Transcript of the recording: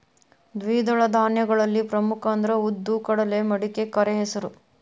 ದ್ವಿದಳ ಧಾನ್ಯಗಳಲ್ಲಿ ಪ್ರಮುಖ ಅಂದ್ರ ಉದ್ದು, ಕಡಲೆ, ಮಡಿಕೆ, ಕರೆಹೆಸರು